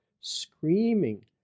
screaming